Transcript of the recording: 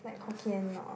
like Hokkien or